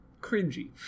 cringy